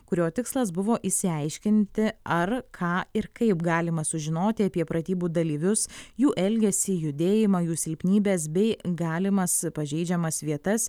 kurio tikslas buvo išsiaiškinti ar ką ir kaip galima sužinoti apie pratybų dalyvius jų elgesį judėjimą jų silpnybes bei galimas pažeidžiamas vietas